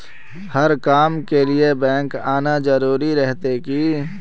हर काम के लिए बैंक आना जरूरी रहते की?